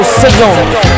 signal